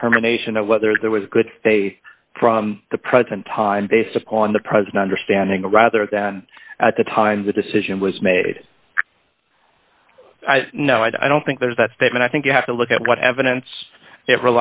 determination of whether there was a good faith from the present time based on the president or standing or rather than at the time the decision was made no i don't think there's that statement i think you have to look at what evidence y